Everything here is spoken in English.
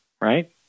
right